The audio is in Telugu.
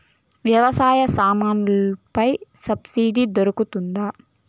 వ్యవసాయ సామాన్లలో పై సబ్సిడి దొరుకుతుందా?